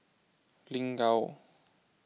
Lin Gao